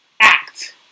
act